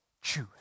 choose